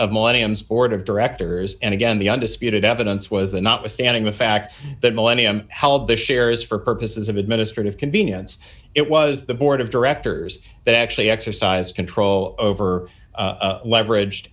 of millenniums board of directors and again the undisputed evidence was that notwithstanding the fact that millennium held the shares for purposes of administrative convenience it was the board of directors that actually exercise control over leverage